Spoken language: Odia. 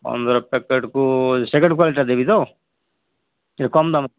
ପନ୍ଦର ପ୍ୟାକେଟ୍କୁ ସେକେଣ୍ଡ୍ କ୍ଵାଲିଟିଟା ଦେବି ତ କମ୍ ଦାମ୍